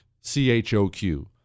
C-H-O-Q